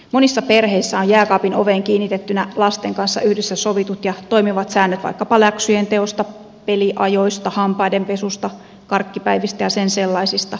monissa perheissä on jääkaapin oveen kiinnitettynä lasten kanssa yhdessä sovitut ja toimivat säännöt vaikkapa läksyjen teosta peliajoista hampaiden pesusta karkkipäivistä ja sen sellaisista